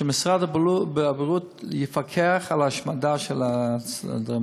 שמשרד הבריאות יפקח על ההשמדה של הדברים.